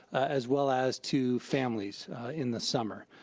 as well as to families in the summer.